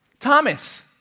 Thomas